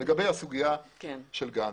לגבי הסוגיה של גנץ.